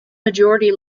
majority